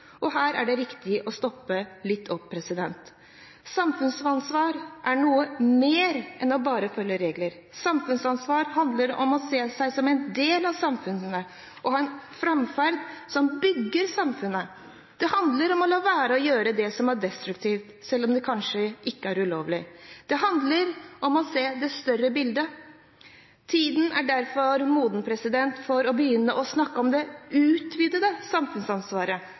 Her er det riktig å stoppe opp litt. Samfunnsansvar er noe mer enn bare å følge regler. Samfunnsansvar handler om å se seg som en del av samfunnet og ha en framferd som bygger samfunnet. Det handler om å la være å gjøre det som er destruktivt, selv om det kanskje ikke er ulovlig, og det handler om å se det større bildet. Tiden er derfor moden for å begynne å snakke om det utvidede samfunnsansvaret